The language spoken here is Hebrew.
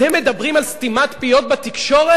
אתם מדברים על סתימת פיות בתקשורת?